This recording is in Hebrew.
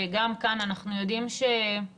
גם כאן אנחנו יודעים שרוב,